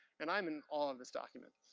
and i'm in awe of this document.